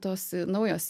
tos naujos